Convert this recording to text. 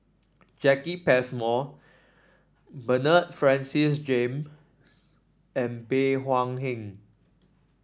Jacki Passmore Bernard Francis Jame and Bey Hua Heng